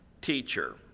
teacher